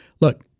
look